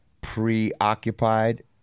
preoccupied